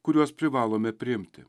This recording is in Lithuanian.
kuriuos privalome priimti